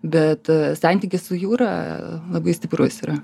bet santykis su jūra labai stiprus yra